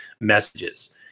messages